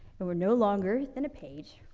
and were no longer than a page,